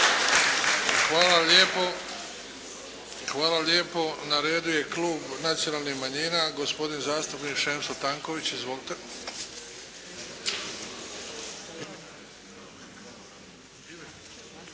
Hvala lijepo. Hvala lijepo. Na redu je Klub nacionalnih manjina, gospodin zastupnik Šemso Tanković. Izvolite.